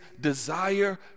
desire